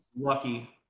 Lucky